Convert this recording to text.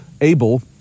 Abel